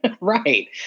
Right